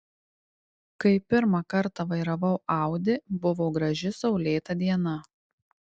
kai pirmą kartą vairavau audi buvo graži saulėta diena